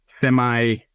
semi